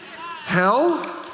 Hell